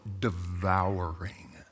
devouring